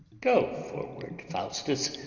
go forward, faustus,